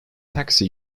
taxi